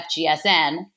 FGSN